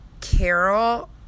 Carol